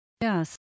Yes